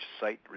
site